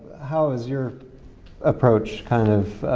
how has your approach kind of,